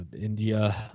India